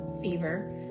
fever